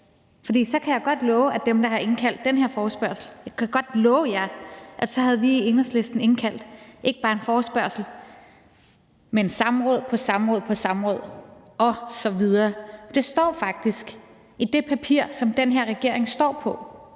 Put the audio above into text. for så kan jeg godt love dem, der har indkaldt til den her forespørgsel, at så havde vi i Enhedslisten indkaldt til ikke bare en forespørgsel, men også til samråd på samråd osv. Det står faktisk i det papir, som den her regering står på,